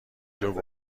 جوک